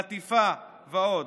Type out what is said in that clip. חטיפה ועוד.